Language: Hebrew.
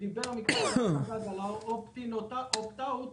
נתנו קודם דוגמה של אופט-אין ואופט-אאוט.